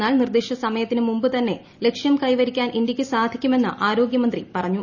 എന്നാൽ നിർദിഷ്ട സമയത്തിന് മുമ്പ് തന്നെ ലക്ഷ്യം കൈവരിക്കാൻ ഇന്ത്യക്കു സാധിക്കുമെന്ന് ആരോഗൃമന്ത്രി പറഞ്ഞു